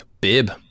Bib